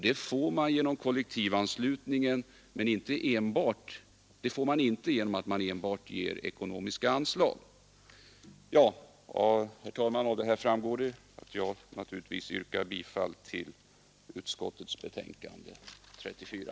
Det får man genom kollektivanslutningen men inte genom att enbart ge ekonomiska bidrag. Herr talman! Av detta framgår att jag naturligtvis yrkar bifall till utskottets betänkande nr 34.